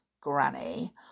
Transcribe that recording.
granny